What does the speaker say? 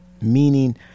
meaning